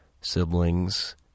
siblings